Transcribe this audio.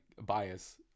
bias